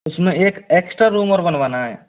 उसमें एक extra room और बनवाना है